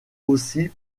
aussi